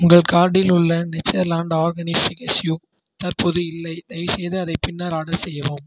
உங்கள் கார்ட்டில் உள்ள நேச்சர்லாண்ட் ஆர்கானிக்ஸ் கேஷ்யூ தற்போது இல்லை தயவு செய்து அதை பின்னர் ஆர்டர் செய்யவும்